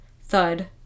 Thud